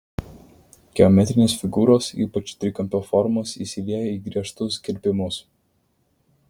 geometrinės figūros ypač trikampio formos įsilieja į griežtus kirpimus